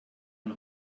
man